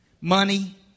money